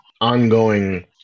ongoing